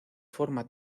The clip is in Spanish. forma